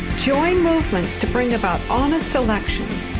join movements to bring about honest elections,